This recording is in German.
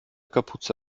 kapuze